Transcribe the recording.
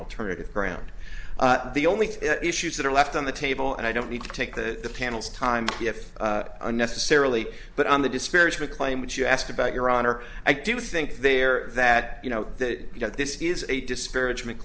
alternative ground the only thing issues that are left on the table and i don't need to take the panel's time if unnecessarily but on the disparagement claim which you asked about your honor i do think there that you know that this is a disparagement